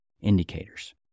indicators